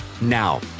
Now